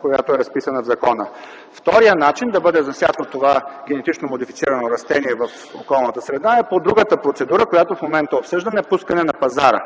която е разписана в закона. Вторият начин да бъде засято това генетично модифицирано растение в околната среда е по другата процедура, която в момента обсъждаме - пускане на пазара.